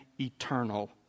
eternal